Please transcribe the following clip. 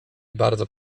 bardzo